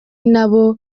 nabo